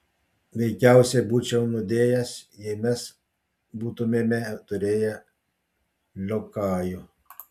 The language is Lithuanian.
veikiausiai būčiau nudėjęs jei mes būtumėme turėję liokajų